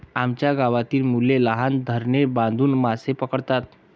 आमच्या गावातील मुले लहान धरणे बांधून मासे पकडतात